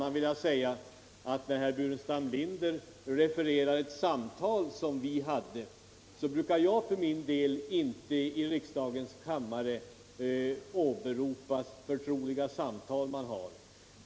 När herr Burenstam Linder refererar ett samtal som vi hade, skulle jag vilja säga att jag brukar för min del inte i riksdagens kammare åberopa förtroliga samtal i riksdagsarbetet.